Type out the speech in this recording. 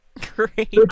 Great